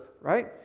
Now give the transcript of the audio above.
right